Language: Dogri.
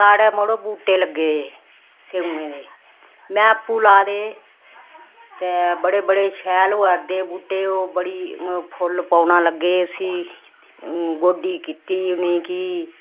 साढ़ै मड़ो बूह्टे लग्गे स्येऊएं दे में आपूं लाए दे ते बड़े बड़े शैल होआ दे बूह्टे ओह् बड़ी फुल्ल पौना लग्गे उसी गोड्डी कीती उ'नेंगी